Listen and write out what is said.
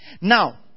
Now